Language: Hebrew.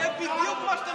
זה בדיוק מה שאתם עושים.